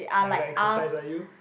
never exercise ah you